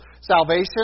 salvation